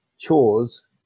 chores